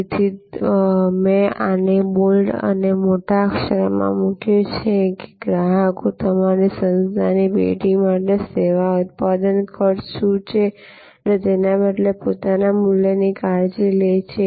તેથી જ મેં આને બોલ્ડ અને મોટા અક્ષરોમાં મૂક્યું છે કે ગ્રાહકો તમારી સંસ્થાની પેઢી માટે સેવા ઉત્પાદન ખર્ચ શું છે તેના બદલે પોતાના મૂલ્યની કાળજી લે છે